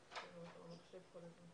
האמת היא שאחרי הרבה מאוד שנים של